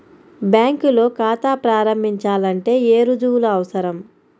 బ్యాంకులో ఖాతా ప్రారంభించాలంటే ఏ రుజువులు అవసరం?